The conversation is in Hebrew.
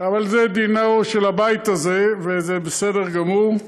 אבל זה דינו של הבית הזה, וזה בסדר גמור.